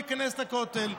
להיכנס לכותל.